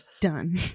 Done